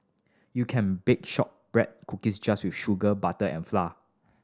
you can bake shortbread cookies just with sugar butter and flour